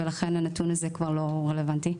ולכן הנתון הזה כבר לא רלוונטי.